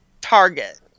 Target